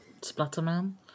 splatterman